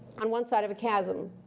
on one side of a chasm,